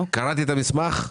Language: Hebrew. קראתי את המסמך,